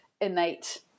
innate